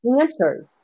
answers